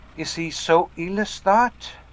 is he so ill as that?